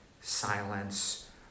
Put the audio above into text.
silence